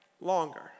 longer